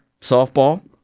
Softball